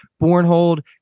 Bornhold